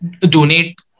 donate